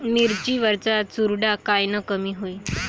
मिरची वरचा चुरडा कायनं कमी होईन?